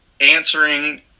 answering